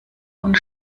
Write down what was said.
und